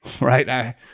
right